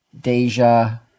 Deja –